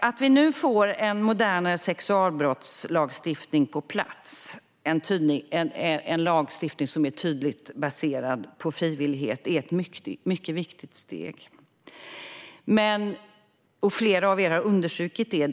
Att vi nu får en modernare sexualbrottslagstiftning, en lagstiftning som är tydligt baserad på frivillighet, är ett mycket viktigt steg. Flera av er har understrukit detta.